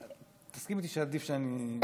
תסכימי איתי שעדיף שאני,